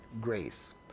grace